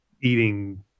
eating